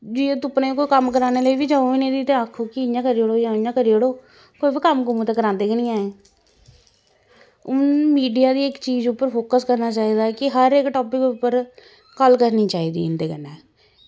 जि'यां तुप्पने ई कोई कम्म कराने ई बी जाओ नी ते आक्खो कि इ'यां करी ओड़ो जां इ'यां करी ओड़ो कोई बी कम्म कुम्म ते करांदे गै निं ऐं हून मीडिया गी इक चीज उप्पर फोकस करना चाहिदा कि हर इक टॉपिक उप्पर गल्ल करनी चाहिदी इंदे कन्नै